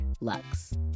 Lux